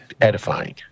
edifying